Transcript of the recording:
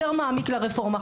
יותר מעמיק ברפורמה.